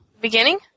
Beginning